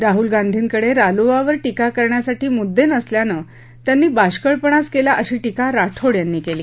राहल गांधींकडे रालोआवर टीका करण्यासाठी मुद्दे नसल्यानं त्यांनी बाष्कळपणाच केला अशी टीका राठोड यांनी केली